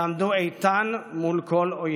תעמדו איתן מול כל אויב.